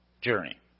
journey